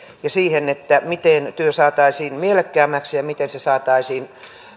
ja siihen miten työ saataisiin mielekkäämmäksi ja miten se saataisiin